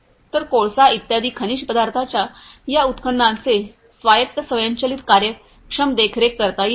तर कोळसा इत्यादी खनिज पदार्थांच्या या उत्खननांचे स्वायत्त स्वयंचलित कार्यक्षम देखरेख करता येईल